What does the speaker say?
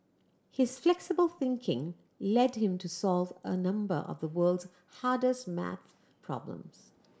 his flexible thinking led him to solve a number of the world's hardest math problems